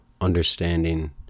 understanding